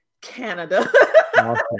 Canada